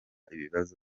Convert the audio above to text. ibibazo